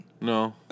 No